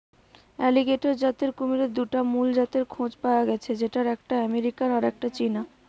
alligator জাতের কুমিরের দুটা মুল জাতের খোঁজ পায়া গ্যাছে যেটার একটা আমেরিকান আর একটা চীনা